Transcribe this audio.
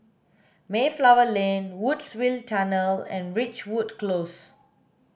Mayflower Lane Woodsville Tunnel and Ridgewood Close